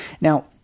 Now